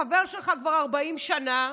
חבר שלך כבר 40 שנה?